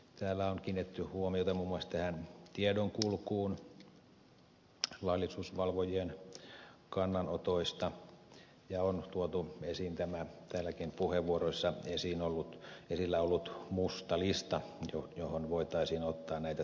täällä on kiinnitetty huomiota muun muassa tiedonkulkuun laillisuusvalvojien kannanotoista ja on tuotu esiin täälläkin puheenvuoroissa esillä ollut musta lista johon voitaisiin ottaa näitä toistuvia ongelmia